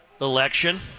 election